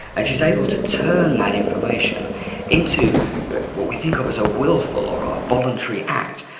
and she's able to turn that information into what we think of as a wilful or voluntary act.